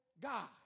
God